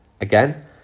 Again